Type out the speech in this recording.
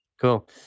Cool